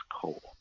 coal